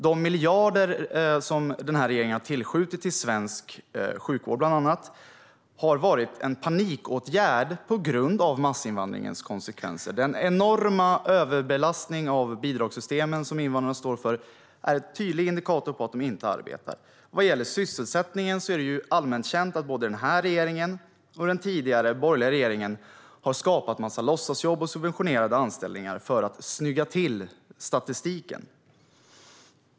De miljarder som den här regeringen har tillskjutit till bland annat svensk sjukvård har varit en panikåtgärd på grund av massinvandringens konsekvenser. Den enorma överbelastning på bidragssystemen som invandrarna står för är en tydlig indikator på att de inte arbetar. Vad gäller sysselsättningen är det allmänt känt att både den här regeringen och den tidigare borgerliga regeringen har skapat en massa låtsasjobb och subventionerade anställningar för att snygga till statistiken.